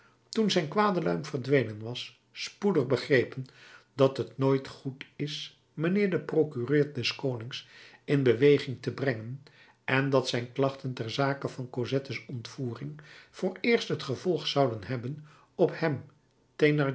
toen zijn kwade luim verdwenen was spoedig begrepen dat het nooit goed is mijnheer den procureur des konings in beweging te brengen en dat zijn klachten ter zake van cosettes ontvoering vooreerst het gevolg zouden hebben op hem